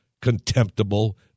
contemptible